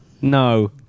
No